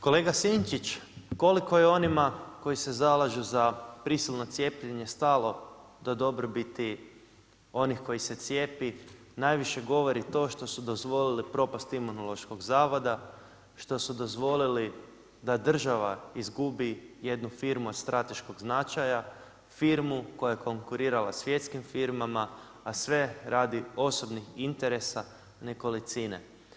Kolega Sinčić, koliko je onima koji se zalažu za prisilno cijepljenje stalo do dobrobiti onih koji se cijepi najviše govori to što su dozvolili propast Imunološkog zavoda, što su dozvolili da država izgubi jednu firmu od strateškog značaja, firmu koja je konkurirala svjetskim firmama, a sve radi osobnih interesa nekolicine.